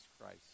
Christ